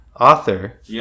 author